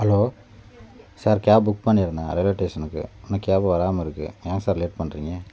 hello sir cab book பண்ணியிருந்தேன் railway ஸ்டேஷனுக்கு இன்னும் கேப் வராமல் இருக்கு ஏன் சார் லேட் பண்ணுறீங்க